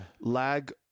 lag